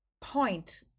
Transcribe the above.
point